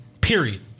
Period